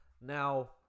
now